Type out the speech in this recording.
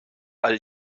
all